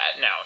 No